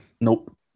Nope